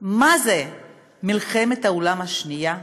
מה זו מלחמת העולם השנייה,